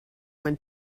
when